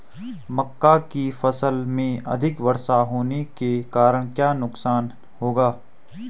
मक्का की फसल में अधिक वर्षा होने के कारण क्या नुकसान होगा?